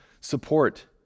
support